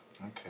Okay